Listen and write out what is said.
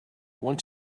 one